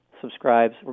subscribes